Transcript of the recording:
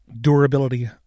durability